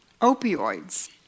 Opioids